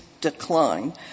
decline